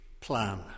plan